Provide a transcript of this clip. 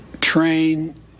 train